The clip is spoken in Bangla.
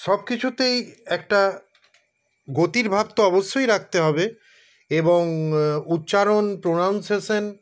সবকিছুতেই একটা গতির ভাব তো অবশ্যই রাখতে হবে এবং উচ্চারণ প্রোনাউনসেশান